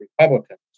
Republicans